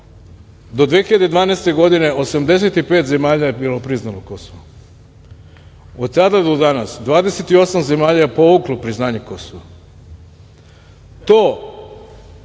do 2012. godine 85 zemalja je bilo priznalo Kosovo, od tada do danas 28 zemalja je povuklo priznanje Kosova,